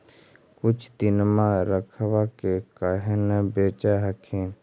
कुछ दिनमा रखबा के काहे न बेच हखिन?